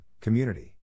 community